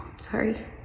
Sorry